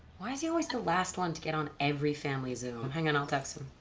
why is he always the last one to get on every family zoom. hang on, i'll text him.